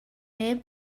neb